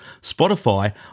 Spotify